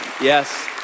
Yes